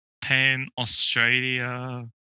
pan-Australia